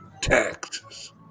taxes